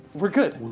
we're good.